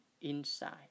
inside